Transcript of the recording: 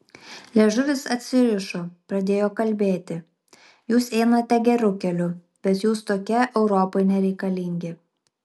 liežuvis atsirišo pradėjo kalbėti jūs einate geru keliu bet jūs tokie europai nereikalingi